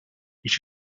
ich